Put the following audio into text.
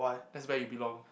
that's where you belong